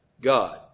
God